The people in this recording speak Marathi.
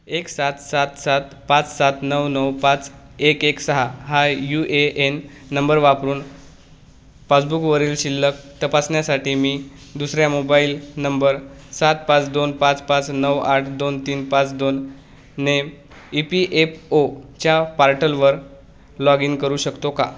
एक सात सात सात पाच सात नऊ नऊ पाच एक एक सहा हा यू ए एन नंबर वापरून पासबुकवरील शिल्लक तपासण्यासाठी मी दुसऱ्या मोबाईल नंबर सात पाच दोन पाच पाच नऊ आठ दोन तीन पाच दोन नेम ई पी एफ ओच्या पार्टलवर लॉग इन करू शकतो का